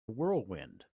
whirlwind